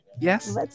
Yes